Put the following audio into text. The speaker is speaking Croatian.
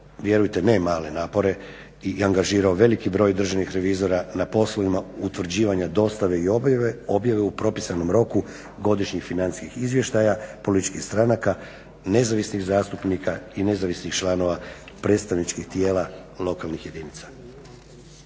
vjerujte ne male napore i angažirao veliki broj državnih revizora na poslovima utvrđivanja dostave i objave u propisanom roku godišnjih financijskih izvještaja, policijskih stranaka, nezavisnih zastupnika i nezavisnih članova predstavničkih tijela lokalnih jedinica.